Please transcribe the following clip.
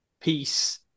peace